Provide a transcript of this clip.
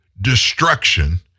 destruction